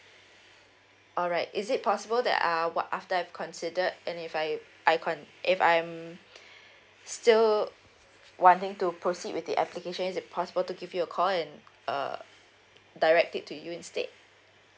alright is it possible that uh what after I've considered and if I I can't if I'm still wanting to proceed with the application is it possible to give you a call and uh direct it to you instead